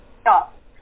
stop